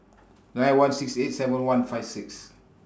nine one six eight seven one five six